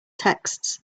texts